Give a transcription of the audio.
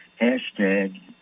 hashtag